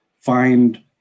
find